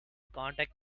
contact